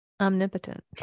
omnipotent